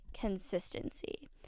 consistency